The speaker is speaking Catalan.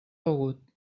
begut